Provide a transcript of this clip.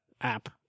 app